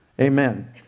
Amen